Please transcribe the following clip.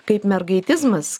kaip mergaitizmas